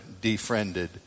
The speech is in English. defriended